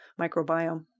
microbiome